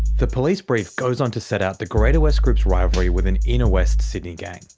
the police brief goes on to set out the greater west group's rivalry with an inner west sydney gang.